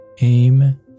Aim